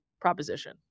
proposition